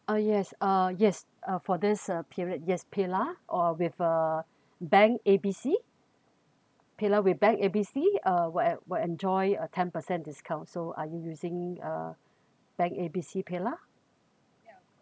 uh yes uh yes uh for this uh period yes paylah or with uh bank A B C paylah with bank A B C uh will will enjoy a ten percent discount so are you using uh bank A B C paylah